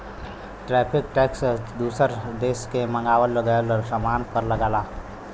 tariff tax दूसर देश से मंगावल गयल सामान पर लगला